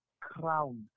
Crown